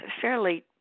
fairly